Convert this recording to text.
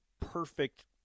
perfect